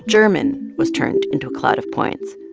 german was turned into a cloud of points.